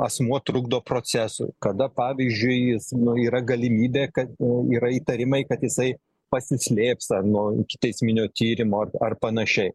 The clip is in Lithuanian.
asmuo trukdo procesui kada pavyzdžiui jis yra galimybė kad o yra įtarimai kad jisai pasislėps nuo ikiteisminio tyrimo ar ar panašiai